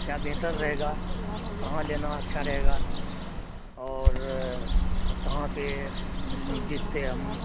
کیا بہتر رہے گا کہاں لینا اچھا رہے گا اور کہاں پہ جیتے ہم